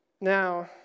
Now